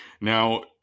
Now